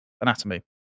anatomy